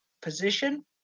position